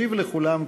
ישיב לכולם,